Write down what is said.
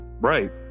Right